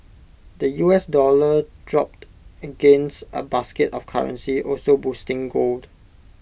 the U S dollar dropped against A basket of currencies also boosting gold